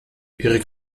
ihre